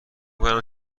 کنم